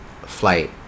flight